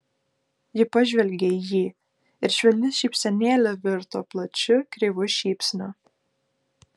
ji pažvelgė į jį ir švelni šypsenėlė virto plačiu kreivu šypsniu